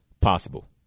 possible